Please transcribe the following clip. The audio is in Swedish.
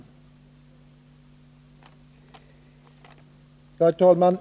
Herr talman!